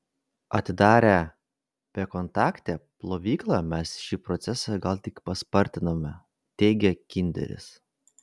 atidarę bekontaktę plovyklą mes šį procesą gal tik paspartinome teigia kinderis